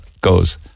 goes